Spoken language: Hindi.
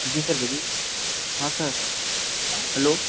जी सर बोलिए हाँ सर हलो